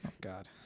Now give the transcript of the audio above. God